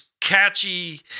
catchy